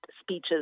speeches